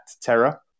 Terra